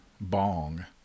bong